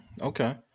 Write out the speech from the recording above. okay